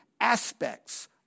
aspects